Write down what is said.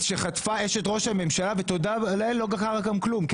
שחטפה אשת ראש הממשלה ותודה לא גם לא קרה לה כלום.